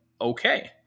okay